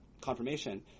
confirmation